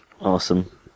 Awesome